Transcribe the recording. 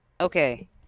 Okay